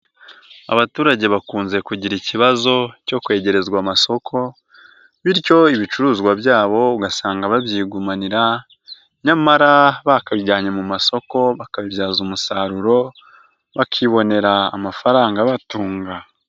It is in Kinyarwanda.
Abaturage bakunze kugira ikibazo cyo kwegerezwa amasoko, bityo ibicuruzwa byabo ugasanga babyigumanira nyamara bakabijyanye mu masoko bakabibyaza umusaruro, bakibonera amafaranga abatunga.